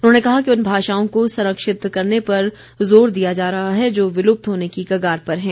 उन्होंने कहा कि उन भाषाओं को संरक्षित करने पर ज़ोर दिया जा रहा है जो विलुप्त होने की कगार पर हैं